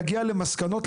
להגיע למסקנות,